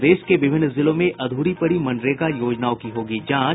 प्रदेश के विभिन्न जिलों में अधूरी पड़ी मनरेगा योजनाओं की होगी जांच